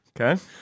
Okay